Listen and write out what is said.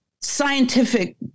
scientific